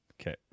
Okay